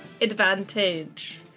advantage